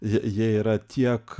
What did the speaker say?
jie jie yra tiek